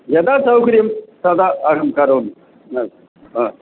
यदा सौकर्यं तथा अहं करोमि अस्तु आ